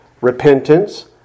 Repentance